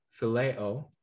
phileo